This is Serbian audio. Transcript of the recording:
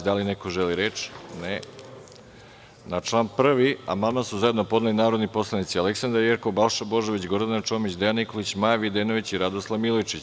Da li neko želi reč? (Ne) Na član 1. amandman su zajedno podneli narodni poslanici Aleksandra Jerkov, Balša Božović, Gordana Čomić, Dejan Nikolić, Maja Videnović i Radoslav Milojičić.